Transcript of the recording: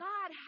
God